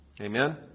Amen